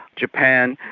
japan,